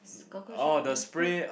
cockroaches you spray